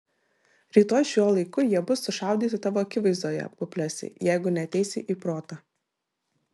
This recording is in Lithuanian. rytoj šiuo laiku jie bus sušaudyti tavo akivaizdoje puplesi jeigu neateisi į protą